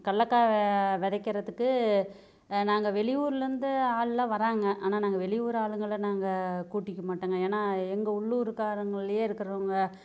கல்லக்காய் விதைக்கிறதுக்கு நாங்கள் வெளியூர்லருந்து ஆள் எல்லாம் வராங்க ஆனால் நாங்கள் வெளியூர் ஆளுங்களை நாங்கள் கூட்டிக்க மாட்டங்க ஏன்னா எங்கள் உள்ளூர் காரங்கள்லயே இருக்குறவங்க